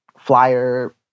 flyer